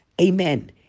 Amen